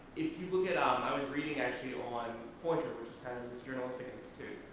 if you will get on i was reading actually on pointers kind of this journalistic institute,